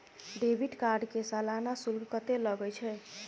Debit card के सालाना शुल्क कत्ते लगे छै?